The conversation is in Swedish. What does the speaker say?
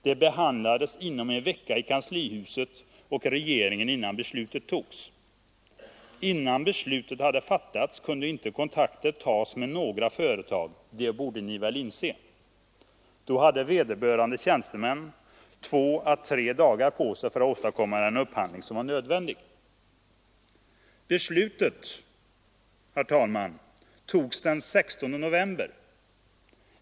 Det behandlades inom en vecka i kanslihuset och av regeringen innan beslutet togs. Innan beslutet hade fattats kunde inte kontakter tas med några företag, det borde ni väl inse. Då hade vederbörande tjänstemän två å tre dagar på sig för att åstadkomma den upphandling som var nödvändig.” Beslutet, herr talman, fattades den 16 november.